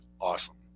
awesome